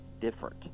different